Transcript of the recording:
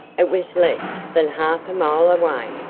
it was less than half a mile away.